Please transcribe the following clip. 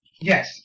Yes